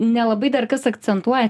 nelabai dar kas akcentuoja